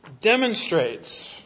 demonstrates